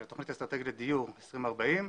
של תכנית אסטרטגית לדיור, 2040,